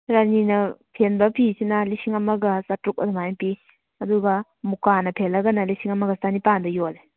ꯔꯥꯅꯤꯅ ꯐꯦꯟꯕ ꯐꯤꯁꯤꯅ ꯂꯤꯁꯤꯡ ꯑꯃꯒ ꯆꯥꯇ꯭ꯔꯨꯛ ꯑꯗꯨꯃꯥꯏꯅ ꯄꯤ ꯑꯗꯨꯒ ꯃꯨꯛꯀꯥꯅ ꯐꯦꯜꯂꯒꯅ ꯂꯤꯁꯤꯡ ꯑꯃꯒ ꯆꯅꯤꯄꯥꯟꯗ ꯌꯣꯜꯂꯦ